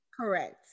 correct